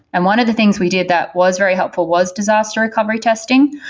and one of the things we did that was very helpful was disaster recovery testing,